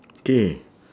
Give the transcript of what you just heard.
K